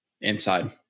inside